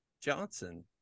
Johnson